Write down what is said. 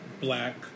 black